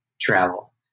travel